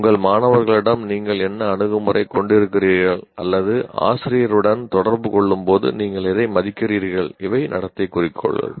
உங்கள் மாணவர்களிடம் நீங்கள் என்ன அணுகுமுறை கொண்டிருக்கிறீர்கள் அல்லது ஆசிரியருடன் தொடர்பு கொள்ளும்போது நீங்கள் எதை மதிக்கிறீர்கள் இவை நடத்தை குறிக்கோள்கள்